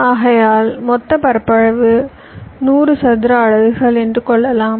ஆகையால் மொத்த பரப்பளவு 100 சதுர அலகுகள் என்று கொள்ளலாம்